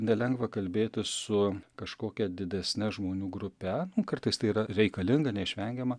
nelengva kalbėtis su kažkokia didesne žmonių grupe kartais tai yra reikalinga neišvengiama